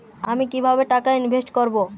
আমি কিভাবে টাকা ইনভেস্ট করব?